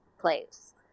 place